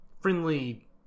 friendly